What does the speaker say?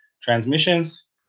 transmissions